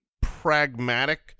pragmatic